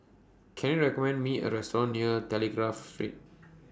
Can YOU recommend Me A Restaurant near Telegraph Street